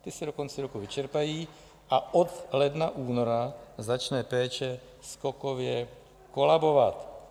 Ty se do konce roku vyčerpají a od ledna, února začne péče skokově kolabovat.